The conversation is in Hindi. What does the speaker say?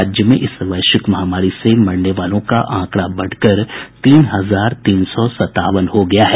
राज्य में इस वैश्विक महामारी से मरने वालों का आंकड़ा बढ़कर तीन हजार तीन सौ सतावन हो गया है